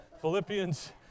Philippians